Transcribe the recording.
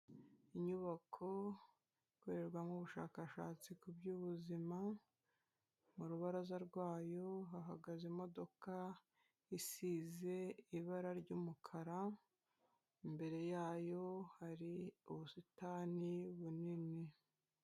Inyubako ikorerwamo ubushakashatsi ku by'ubuzima, mu rubaraza rwayo hahagaze imodoka isize ibara ry'umukara, imbere yayo hari ubusitani bunini.